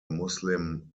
muslim